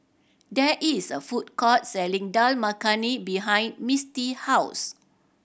there is a food court selling Dal Makhani behind Misti house